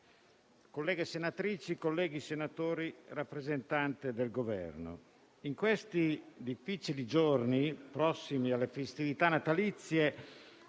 colleghe senatrici, colleghi senatori, rappresentante del Governo, in questi difficili giorni, prossimi alle festività natalizie,